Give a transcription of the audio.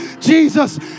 Jesus